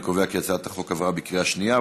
אני קובע כי הצעת החוק עברה בקריאה שנייה.